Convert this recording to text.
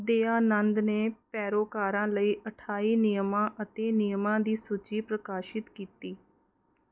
ਦਯਾਨੰਦ ਨੇ ਪੈਰੋਕਾਰਾਂ ਲਈ ਅਠਾਈ ਨਿਯਮਾਂ ਅਤੇ ਨਿਯਮਾਂ ਦੀ ਸੂਚੀ ਪ੍ਰਕਾਸ਼ਿਤ ਕੀਤੀ